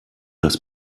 das